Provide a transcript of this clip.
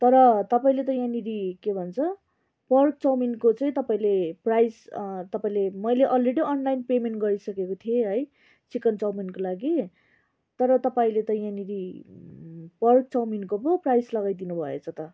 तर तपाईँले त यहाँनिर के भन्छ पर्क चाउमिनको चाहिँ तपाईँले प्राइस तपाईँले मैले अलरेडी अनलाइन पेमेन्ट गरिसकेको थिएँ है चिकन चाउमिनको लागि तर तपाईँले त यहाँनिर पर्क चाउमिनको पो प्राइस लगाइदिनुभएछ त